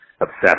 obsessed